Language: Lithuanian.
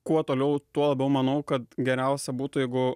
kuo toliau tuo labiau manau kad geriausia būtų jeigu